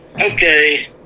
okay